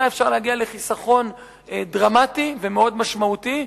אפשר להגיע לחיסכון דרמטי ומאוד משמעותי.